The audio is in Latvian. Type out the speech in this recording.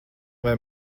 vai